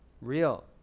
Real